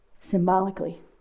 symbolically